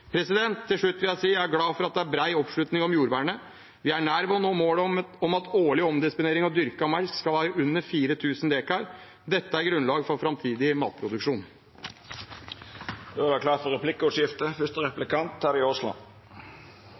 langt. Til slutt vil jeg si at jeg er glad for at det er bred oppslutning om jordvernet. Vi er nær ved å nå målet om at årlig omdisponering av dyrket mark skal være under 4 000 dekar. Dette er grunnlaget for framtidig matproduksjon. Det vert replikkordskifte.